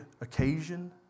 occasion